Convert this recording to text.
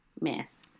mess